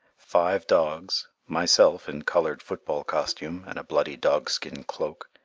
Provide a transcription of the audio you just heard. five dogs, myself in colored football costume, and a bloody dogskin cloak,